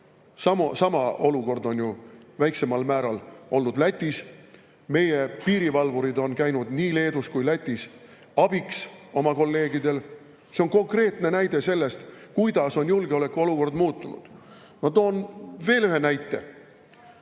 Sama olukord on ju väiksemal määral olnud Lätis. Meie piirivalvurid on käinud nii Leedus kui Lätis abiks oma kolleegidel. See on konkreetne näide sellest, kuidas on julgeolekuolukord muutunud. Ma toon veel ühe näite.